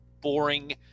boring